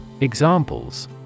Examples